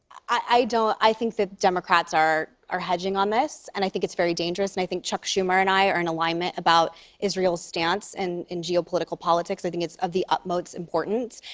i don't i think that democrats are are hedging on this, and i think it's very dangerous. and i think chuck schumer and i are in alignment about israel's stance and in geopolitical politics. i think it's of the utmost importance.